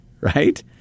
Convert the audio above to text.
right